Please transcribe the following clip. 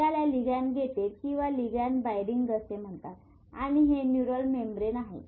याला ligand gated किंवा ligand binding असे म्हणतात आणि हे न्यूरल मेम्ब्रेन आहे